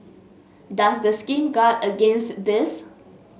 does the scheme guard against this